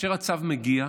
כאשר הצו מגיע,